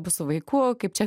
bus su vaiku kaip čia